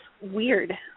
weird